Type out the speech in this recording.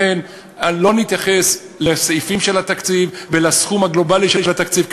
לכן לא נתייחס לסעיפים של התקציב ולסכום הגלובלי של התקציב,